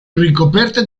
ricoperte